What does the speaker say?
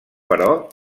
però